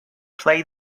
play